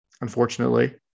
Unfortunately